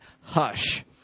Hush